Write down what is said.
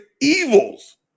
evils